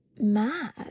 mad